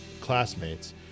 classmates